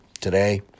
today